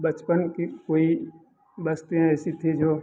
बचपन की कोई बस्तियाँ ऐसी थी जो